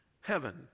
heaven